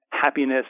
happiness